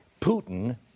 Putin